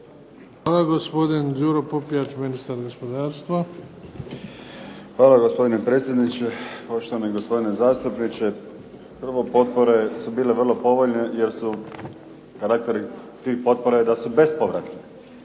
Hvala. Gospodin Đuro Popijač ministar gospodarstva. **Popijač, Đuro** Hvala gospodine predsjedniče, poštovani gospodine zastupniče. Prvo, potpore su bile vrlo povoljne, jer je karakter tih potpora je da su bespovratne.